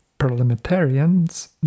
parliamentarians